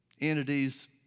entities